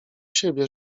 siebie